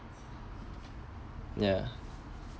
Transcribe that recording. ya